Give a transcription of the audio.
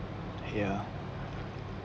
ya